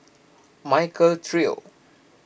Michael Trio